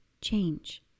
change